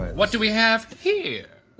what do we have here?